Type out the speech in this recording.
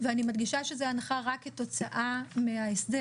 ואני מדגישה שזה הנחה רק כתוצאה מההסדר,